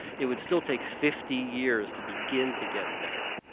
it would still take fifty years to begin to get better.